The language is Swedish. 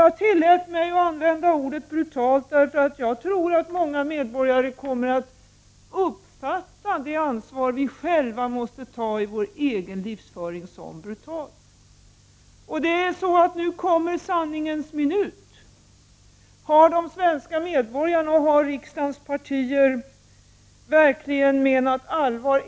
Jag tillät mig att använda ordet brutalt, eftersom jag tror att många medborgare kommer att uppfatta det ansvar vi själva måste ta i vår egen livsföring som brutalt. Nu kommer sanningens minut. Har de svenska medborgarna och riksdagens partier verkligen menat allvar?